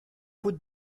route